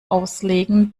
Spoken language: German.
auslegen